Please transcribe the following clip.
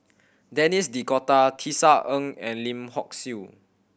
Denis D'Cotta Tisa Ng and Lim Hock Siew